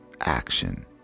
action